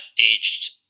aged